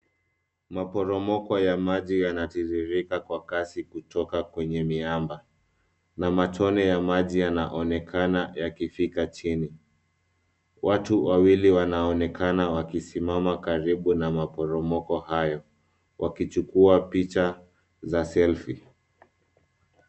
Maporomoko ya maji yanatiririka kwa kasi kutoka kwenye miamba, na matone ya maji yanaonekana yakifika chini .Watu wawili wanaonekana wakisimama karibu na maporomoko hayo wakichukua picha za selfie .